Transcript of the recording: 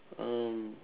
um